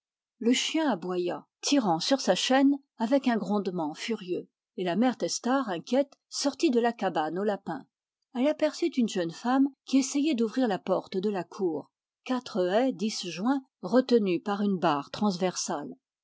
le chien aboya tirant sur sa chaîne avec un grondement furieux et la mère testard inquiète sortît de la cabane aux lapins elle aperçut une jeune femme qui essayait d'ouvrir la porte de la cour quatre ais disjoints retenus par une barre transversale